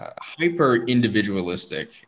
hyper-individualistic